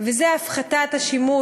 וזה הפחתת השימוש,